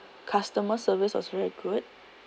customer service was very good